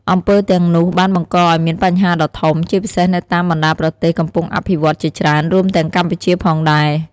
អំពើទាំងនោះបានបង្កឲ្យមានបញ្ហាដ៏ធំ ជាពិសេសនៅតាមបណ្ដាប្រទេសកំពុងអភិវឌ្ឍន៍ជាច្រើន រួមទាំងកម្ពុជាផងដែរ។